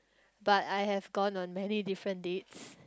but I have gone on many different dates